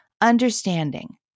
understanding